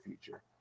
future